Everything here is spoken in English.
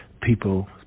people